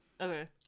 Okay